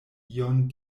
ion